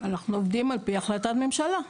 אנחנו עובדים על פי החלטת ממשלה,